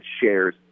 shares